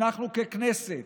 אנחנו ככנסת,